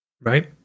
Right